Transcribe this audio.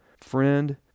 Friend